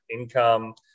income